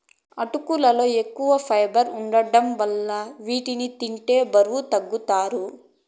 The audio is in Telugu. అటుకులలో ఎక్కువ ఫైబర్ వుండటం వలన వీటిని తింటే బరువు తగ్గుతారు